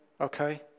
okay